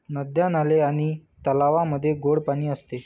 नद्या, नाले आणि तलावांमध्ये गोड पाणी असते